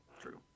True